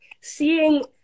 seeing